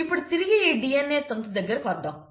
ఇప్పుడు తిరిగి ఈ DNA తంతు దగ్గరకు వద్దాం